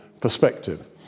perspective